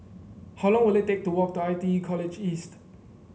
how long will it take to walk to I T E College East